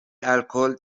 الکل